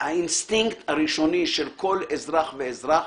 האינסטינקט הראשוני של כל אזרח ואזרח,